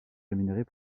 rémunérés